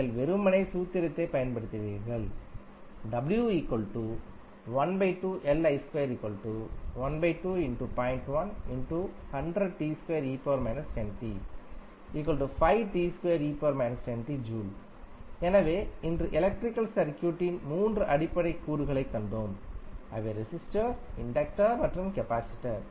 நீங்கள் வெறுமனே சூத்திரத்தைப் பயன்படுத்துகிறீர்கள் J எனவே இன்று எலக்ட்ரிக்கல் சர்க்யூடின் 3 அடிப்படை கூறுகளைக் கண்டோம் அவை ரெசிஸ்டர் இண்டக்டர் மற்றும் கெபாசிடர்